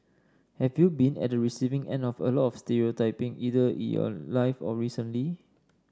have you been at the receiving end of a lot of stereotyping either in your life or recently